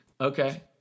Okay